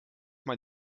man